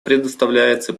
предоставляется